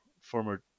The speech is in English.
former